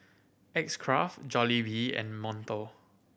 X Craft Jollibee and Monto